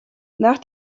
nach